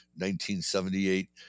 1978